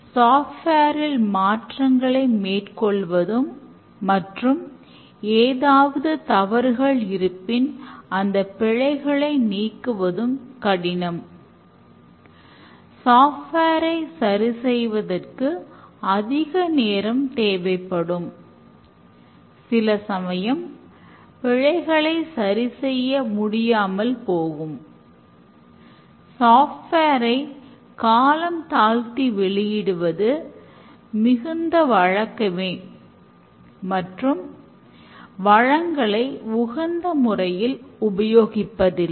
software ஐ காலம் தாழ்த்தி வெளியிடுவதும் மிகுந்த வழக்கமே மற்றும் வளங்களை உகந்த முறையில் உபயோகிப்பதில்லை